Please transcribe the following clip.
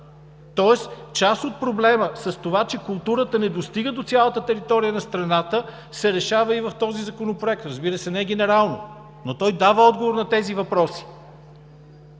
Тоест, част от проблема с това, че културата не достига до цялата територия на страната, се решава и в този законопроект, разбира се, не генерално, но той дава отговор на тези въпроси.